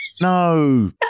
no